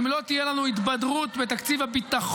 אם לא תהיה לנו התבדרות בתקציב הביטחון